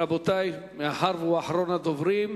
רבותי, מאחר שהוא אחרון הדוברים,